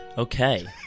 Okay